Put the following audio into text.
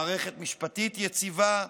מערכת משפטית יציבה,